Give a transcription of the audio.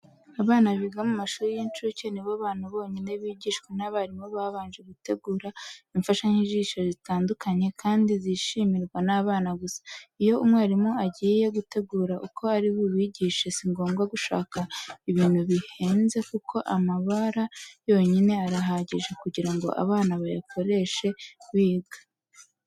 Abana biga mu mashuri y'incuke ni bo bantu bonyine bigishwa n'abarimu babanje gutegura imfashanyigisho zitangaje kandi zishimirwa n'abana gusa. Iyo umwarimu agiye gutegura uko ari bubigishe, si ngombwa gushaka ibintu bihenze kuko amabara yonyine arahagije kugira ngo abana bayakoreshe biga.